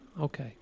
Okay